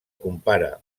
compara